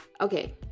okay